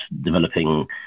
developing